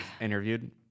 interviewed